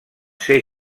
ser